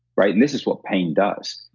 right? and this is what pain does.